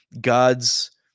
God's